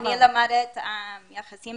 אני למדתי יחסים